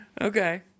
Okay